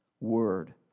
word